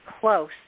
close